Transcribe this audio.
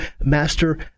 Master